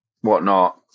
whatnot